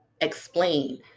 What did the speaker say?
explain